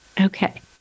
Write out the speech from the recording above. okay